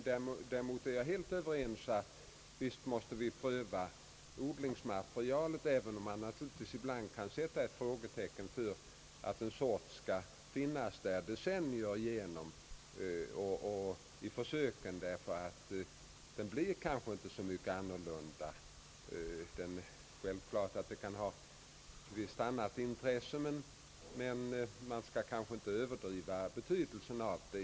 Däremot är jag helt överens med herr Eskilsson om att odlingsmaterialet bör prövas, även om man ibland kan sätta ett frågetecken för att samma sort skall behöva finnas med försöken under flera decennier, då den kanske inte kan bli så mycket annorlunda. Det är självklart att detta kan ha ett intresse ur vissa synpunkter.